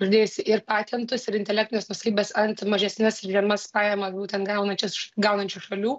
uždėjusi ir patentus ir intelektines nuosavybes ant mažesnes ir žemas pajamas būtent gaunančias gaunančių šalių